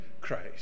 Christ